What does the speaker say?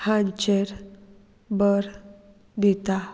हांचेर भर दिता